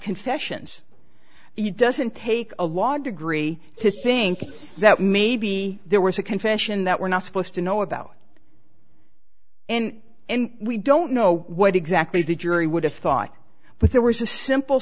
confessions it doesn't take a law degree to think that maybe there was a confession that we're not supposed to know about and and we don't know what exactly did yuri would have thought but there was a simple